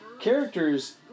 characters